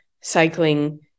cycling